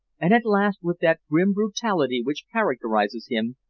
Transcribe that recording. and at last, with that grim brutality which characterizes him,